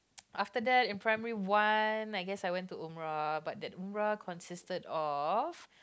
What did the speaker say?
after that in primary one I guess I went to Umrah but that Umrah consisted of